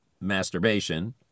masturbation